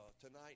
tonight